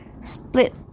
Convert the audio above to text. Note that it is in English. split